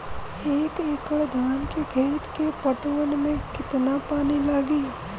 एक एकड़ धान के खेत के पटवन मे कितना पानी लागि?